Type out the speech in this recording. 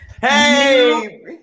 Hey